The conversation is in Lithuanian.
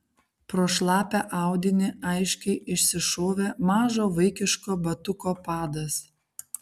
pro šlapią audinį aiškiai išsišovė mažo vaikiško batuko padas